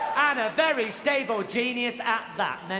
and a very stable genius at that.